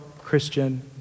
Christian